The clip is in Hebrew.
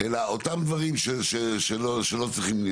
אלא אותם דברים שלא צריכים.